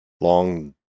long